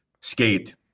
skate